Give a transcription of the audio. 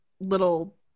little